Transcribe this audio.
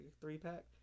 three-pack